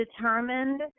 determined